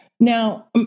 Now